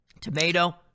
tomato